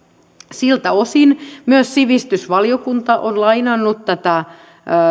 siltä osin myös sivistysvaliokunta on lainannut tätä